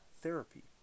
therapy